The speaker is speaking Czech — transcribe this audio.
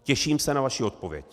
Těším se na vaši odpověď.